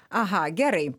aha gerai